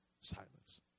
Silence